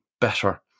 better